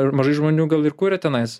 mažai žmonių gal ir kuria tenais